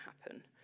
happen